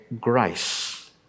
grace